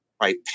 Right